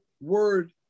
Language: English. word